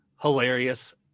hilarious